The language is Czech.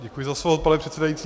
Děkuji za slovo, pane předsedající.